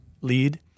lead